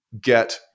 get